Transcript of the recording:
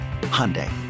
Hyundai